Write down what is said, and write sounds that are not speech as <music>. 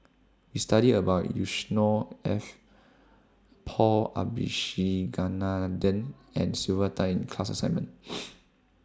We studied about Yusnor Ef Paul Abisheganaden and Sylvia Tan in class assignment <noise>